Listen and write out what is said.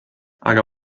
aga